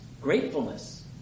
gratefulness